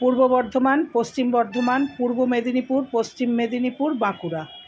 পূর্ব বর্ধমান পশ্চিম বর্ধমান পূর্ব মেদিনীপুর পশ্চিম মেদিনীপুর বাঁকুড়া